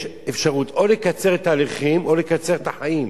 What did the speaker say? יש אפשרות או לקצר את ההליכים או לקצר את החיים.